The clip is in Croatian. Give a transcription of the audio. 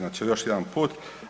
Znači još jedan put.